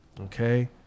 okay